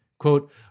Quote